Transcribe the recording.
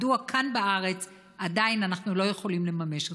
מדוע כאן בארץ עדיין אנחנו לא יכולים לממש אותו.